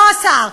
לא אסר.